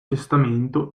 testamento